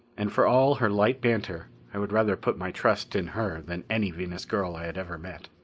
and for all her light banter, i would rather put my trust in her than any venus girl i had ever met.